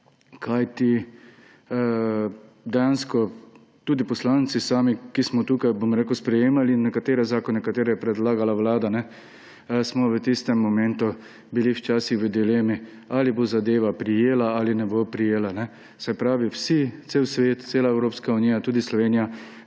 kajti dejansko tudi poslanci sami, ki smo tukaj sprejemali nekatere zakone, ki jih je predlagala vlada, smo bili v tistem momentu včasih v dilemi, ali bo zadeva prijela ali ne bo prijela. Se pravi vsi, cel svet, cela Evropska unija, tudi Slovenija